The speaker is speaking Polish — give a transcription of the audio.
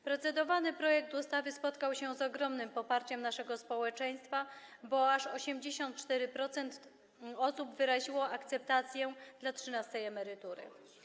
Procedowany projekt ustawy spotkał się z ogromnym poparciem naszego społeczeństwa, bo aż 84% pytanych wyraziło akceptację dla wypłacenia trzynastej emerytury.